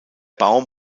baum